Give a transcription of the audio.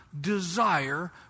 desire